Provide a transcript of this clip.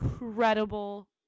incredible